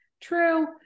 true